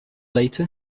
later